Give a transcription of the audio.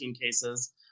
cases